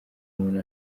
umuntu